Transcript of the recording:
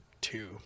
two